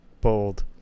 Bold